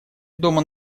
дома